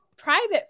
private